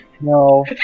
No